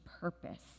purpose